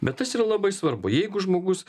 bet tas yra labai svarbu jeigu žmogus